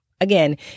again